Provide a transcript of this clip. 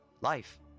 life